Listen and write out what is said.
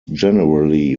generally